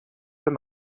them